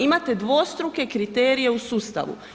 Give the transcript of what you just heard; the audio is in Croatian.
Imate dvostruke kriterije u sustavu.